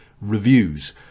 reviews